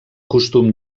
costum